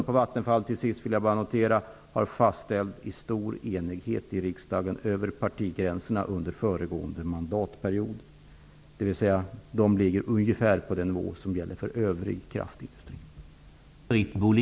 Jag skall till sist bara säga att avkastningskraven för Vattenfall fastställdes i stor enighet över partigränserna i riksdagen under föregående mandatperiod. De ligger alltså ungefär på den nivå som gäller för övrig kraftindustri.